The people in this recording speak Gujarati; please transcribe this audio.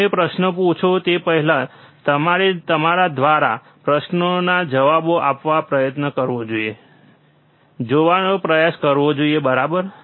તમે પ્રશ્નો પૂછો તે પહેલાં તમારે તમારા દ્વારા આ પ્રશ્નનો જવાબ આપવાનો પ્રયત્ન કરવો જોઈએ જોવાનો પ્રયાસ કરવો જોઈએ બરાબર